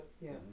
Yes